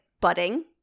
budding